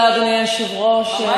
אדוני היושב-ראש,